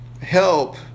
help